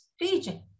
region